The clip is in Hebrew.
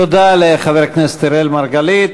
תודה לחבר הכנסת אראל מרגלית.